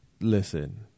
listen